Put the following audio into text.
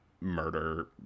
murder